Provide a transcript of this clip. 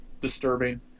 disturbing